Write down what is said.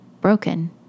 broken